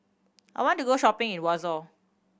I want to go shopping in Warsaw